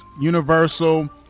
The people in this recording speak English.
Universal